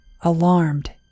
Alarmed